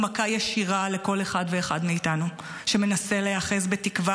הוא מכה ישירה לכל אחד ואחד מאיתנו שמנסה להיאחז בתקווה